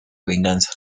venganza